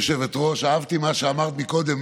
גברתי היושבת-ראש, אהבתי את מה שאמרת קודם.